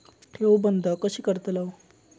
ठेव बंद कशी करतलव?